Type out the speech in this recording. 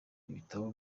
ibitabo